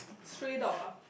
stray dog ah